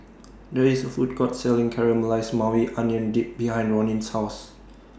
There IS A Food Court Selling Caramelized Maui Onion Dip behind Ronin's House